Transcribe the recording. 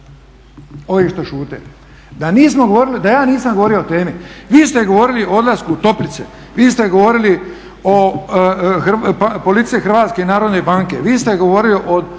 ovi što šute. Da ja nisam govorio o temi, vi ste govorili o odlasku u toplice, vi ste govorili o …/Govornik se ne razumije./… Hrvatske narodne banke, vi ste govorili o